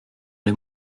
les